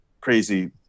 crazy